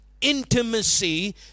intimacy